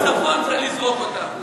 בצפון צריך לזרוק אותה.